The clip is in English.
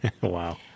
Wow